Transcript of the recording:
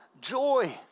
joy